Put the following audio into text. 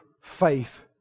faith